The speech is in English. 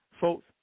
Folks